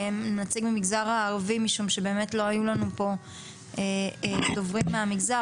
נציג מהמגזר הערבי משום שבאמת לא היו לנו דוברים מהמגזר,